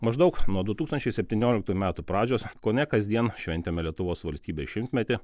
maždaug nuo du tūkstančiai septynioliktųjų metų pradžios kone kasdien šventėme lietuvos valstybės šimtmetį